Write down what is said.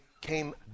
came